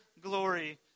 glory